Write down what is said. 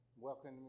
Welcome